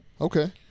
Okay